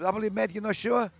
probably met you know sure